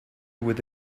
with